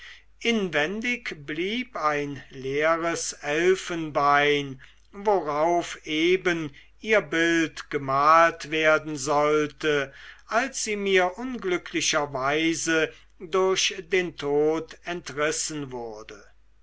inwendig blieb ein leeres elfenbein worauf eben ihr bild gemalt werden sollte als sie mir unglücklicherweise durch den tod entrissen wurde